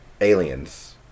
Aliens